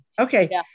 okay